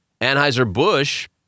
Anheuser-Busch